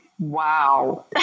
Wow